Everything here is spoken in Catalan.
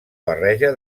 barreja